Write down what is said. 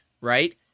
right